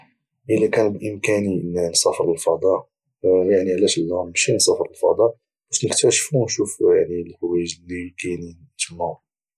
الى كان بإمكاني نسافر للفضاء يعني علاش لا نمشي نسافر للفضاء باش نكتاشفو ونشوف الحوايج اللي كاينين تم